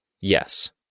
Yes